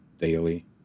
daily